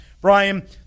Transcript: Brian